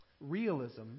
Realism